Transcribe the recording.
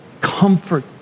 comfort